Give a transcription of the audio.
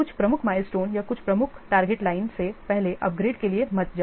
कुछ प्रमुख milestone या कुछ प्रमुख टारगेट लाइंस से पहले अपग्रेड के लिए मत जाओ